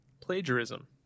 plagiarism